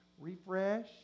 refresh